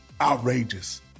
outrageous